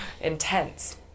intense